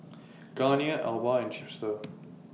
Garnier Alba and Chipster